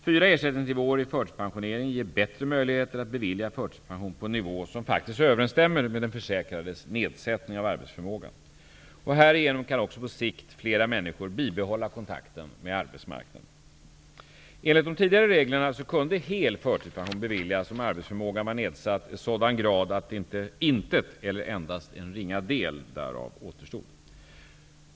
Fyra ersättningsnivåer i förtidspensioneringen ger bättre möjligheter att bevilja förtidspension på en nivå som faktiskt överensstämmer med den försäkrades nedsättning av arbetsförmågan. Härigenom kan också på sikt flera människor bibehålla kontakten med arbetsmarknaden. Enligt de tidigare reglerna kunde hel förtidspension beviljas om arbetsförmågan var nedsatt i sådan grad att intet eller endast en ringa del därav återstod.